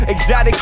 Exotic